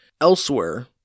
Elsewhere